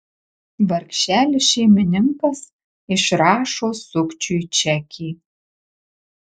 vargšelis šeimininkas išrašo sukčiui čekį